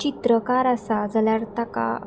चित्रकार आसा जाल्यार ताका